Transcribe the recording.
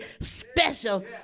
special